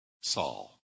Saul